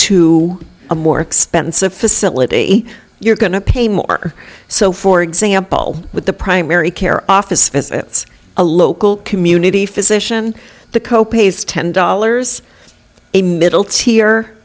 to a more expensive facility you're going to pay more so for example with the primary care office visits a local community physician the co pays ten dollars a middle tier